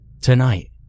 Tonight